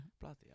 Bloody